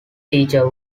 teacher